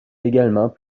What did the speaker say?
également